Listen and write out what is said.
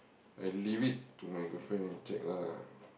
I leave it to my girlfriend and check lah